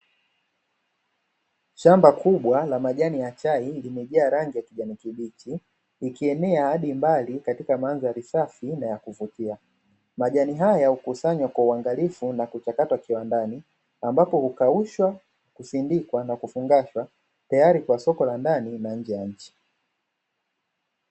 Shamba kubwa la majani ya chai limejaa rangi ya kijani kibichi ikienea hadi mbali katika mandhari safi na ya kuvutia, majani haya hukusanywa kwa uangalifu na kuchakatwa kiwandani ambapo hukaushwa na kusindikwa na kufungashwa tayari kwa soko la ndani na nje ya nchi.